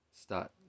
start